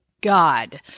God